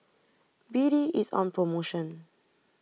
B D is on promotion